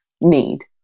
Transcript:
need